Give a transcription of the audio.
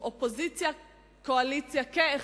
אופוזיציה וקואליציה כאחת,